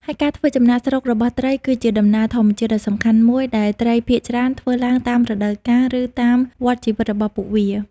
ហើយការធ្វើចំណាកស្រុករបស់ត្រី គឺជាដំណើរធម្មជាតិដ៏សំខាន់មួយដែលត្រីភាគច្រើនធ្វើឡើងតាមរដូវកាល ឬតាមវដ្តជីវិតរបស់ពួកវា។